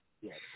Yes